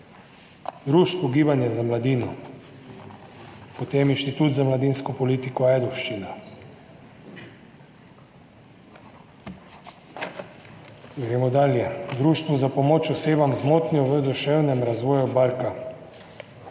Društvo gibanje za mladino, potem Inštitut za mladinsko politiko Ajdovščina, gremo dalje, Društvo za pomoč osebam z motnjo v duševnem razvoju – Barka,